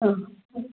അഹ്